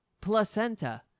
placenta